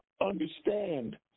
understand